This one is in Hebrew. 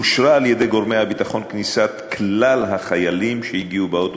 אושרה על-ידי גורמי הביטחון כניסת כלל החיילים שהגיעו באוטובוס,